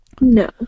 No